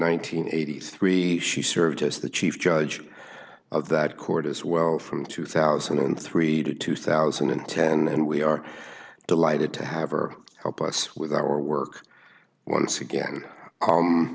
and eighty three she served as the chief judge of that court as well from two thousand and three to two thousand and ten and we are delighted to have are help us with our work once again